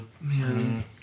man